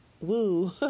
woo